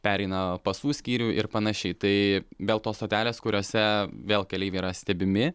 pereina pasų skyrių ir panašiai tai vėl to stotelės kuriose vėl keleiviai yra stebimi